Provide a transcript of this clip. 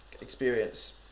experience